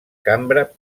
cambra